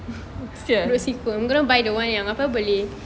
kesian